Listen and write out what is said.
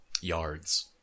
Yards